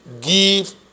Give